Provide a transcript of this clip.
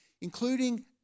including